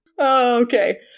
Okay